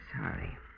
sorry